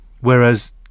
Whereas